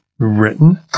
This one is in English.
written